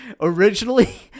Originally